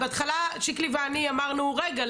בהתחלה שקלי ואני אמרנו רגע,